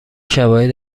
شواهد